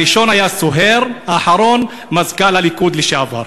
הראשון היה סוהר, האחרון, מזכ"ל הליכוד לשעבר,